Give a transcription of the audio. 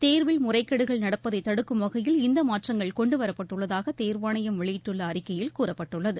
தேர்வில் முறைகேடுகள் நடப்பதை தடுக்கும் வகையில் இந்த மாற்றங்கள் கொண்டுவரப்பட்டுள்ளதாக தேர்வாணையம் வெளியிட்டுள்ள அறிக்கையில் கூறப்பட்டுள்ளது